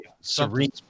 Serene